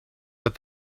but